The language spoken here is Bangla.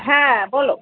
হ্যাঁ বল